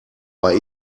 bei